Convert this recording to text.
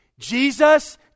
Jesus